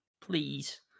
Please